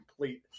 complete